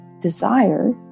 desire